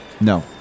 No